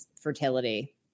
fertility